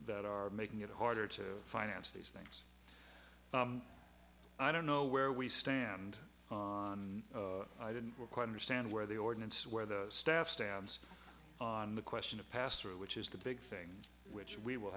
that are making it harder to finance these things i don't know where we stand i didn't quite understand where the ordinance where the staff stands on the question of pastoral which is the big thing which we will